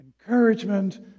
Encouragement